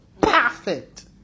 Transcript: Perfect